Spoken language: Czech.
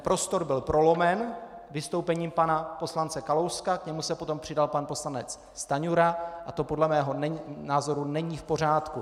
Prostor byl prolomen vystoupením pana poslance Kalouska, k němu se potom přidal pan poslanec Stanjura a to podle mého názoru není v pořádku.